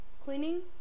cleaning